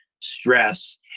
stress